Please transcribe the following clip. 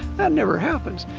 that never happens.